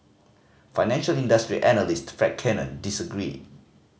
financial industry analyst Fred Cannon disagreed